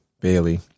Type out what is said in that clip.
Bailey